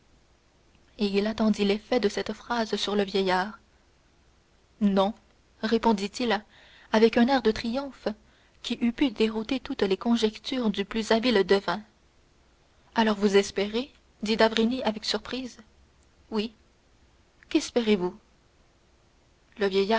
et il attendit l'effet de cette phrase sur le vieillard non répondit-il avec un air de triomphe qui eût pu dérouter toutes les conjectures du plus habile devin alors vous espérez dit d'avrigny avec surprise oui qu'espérez-vous le